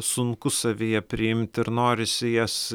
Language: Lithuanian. sunku savyje priimti ir norisi jas